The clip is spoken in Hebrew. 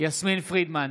יסמין פרידמן,